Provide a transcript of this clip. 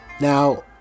Now